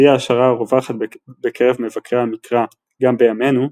שהיא ההשערה הרווחת בקרב מבקרי המקרא גם בימינו,